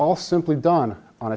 all simply done on